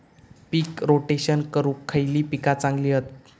पीक rotation करूक खयली पीका चांगली हत?